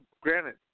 Granted